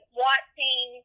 watching